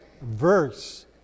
verse